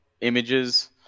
images